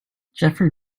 jeffery